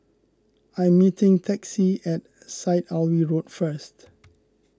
I am meeting Texie at Syed Alwi Road first